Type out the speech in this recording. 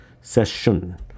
Session